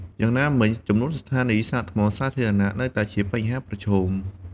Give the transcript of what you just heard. យ៉ាងណាមិញ ចំនួនស្ថានីយ៍សាកថ្មសាធារណៈនៅតែជាបញ្ហាប្រឈម។